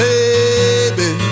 Baby